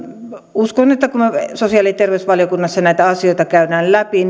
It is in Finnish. uskon ja toivon että kun sosiaali ja terveysvaliokunnassa näitä asioita käydään läpi